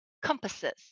Compasses